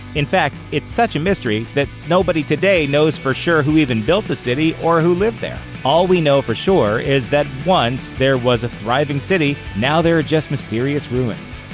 in fact, it's such a mystery that nobody today knows for sure who even built the city or who lived there. all we know for sure is that once, there was a thriving city, and now there are just mysterious ruins.